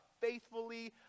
faithfully